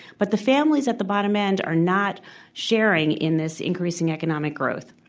but the families at the bottom end are not sharing in this increasing economic growth.